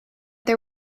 they